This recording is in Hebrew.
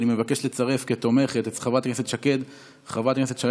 אני מבקש לצרף כתומכים את חברת הכנסת שקד,